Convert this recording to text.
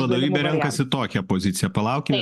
vadovybė renkasi tokią poziciją palaukime